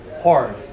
hard